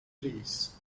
trees